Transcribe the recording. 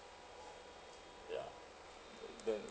ya and then